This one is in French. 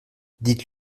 dites